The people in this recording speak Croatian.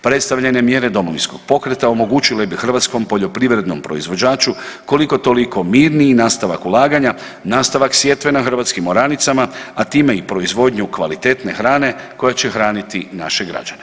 Predstavljene mjere Domovinskog pokreta omogućile bi hrvatskom poljoprivrednom proizvođaču koliko toliko mirniji nastavak ulaganja, nastavak sjetve na hrvatskim oranicama, a time i proizvodnju kvalitetne hrane koja će hraniti naše građane.